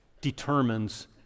determines